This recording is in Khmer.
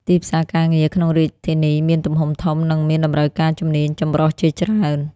ទីផ្សារការងារក្នុងរាជធានីមានទំហំធំ និងមានតម្រូវការជំនាញចម្រុះជាច្រើន។